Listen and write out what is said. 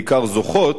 בעיקר זוכות,